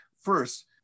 first